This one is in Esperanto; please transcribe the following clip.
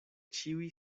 ĉiuj